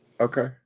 okay